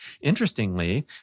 Interestingly